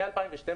מ-2012